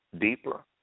deeper